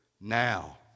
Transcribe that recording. now